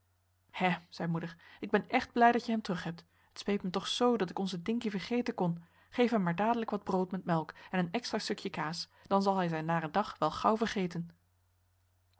zei moeder ik ben echt blij dat je hem terug hebt t speet me toch zoo dat ik onzen dinkie vergeten kon geef hem maar dadelijk wat brood met melk en een extra stukje kaas dan zal hij zijn naren dag wel gauw vergeten